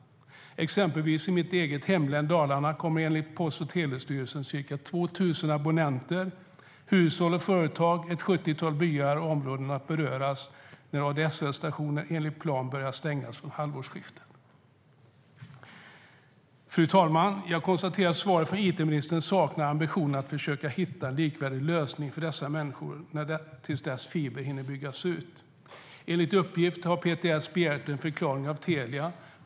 I mitt eget hemlän Dalarna kommer enligt Post och telestyrelsen ca 2 000 abonnenter - hushåll och företag - i ett sjuttiotal byar och områden att beröras när ADSL-stationer enligt plan börjar stängas från halvårsskiftet. Fru talman! Svaret från it-ministern saknar ambitionen att försöka hitta en likvärdig lösning för dessa människor tills fiber hinner byggas ut. Enligt uppgift har PTS begärt en förklaring av Telia.